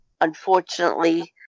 unfortunately